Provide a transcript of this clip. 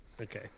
Okay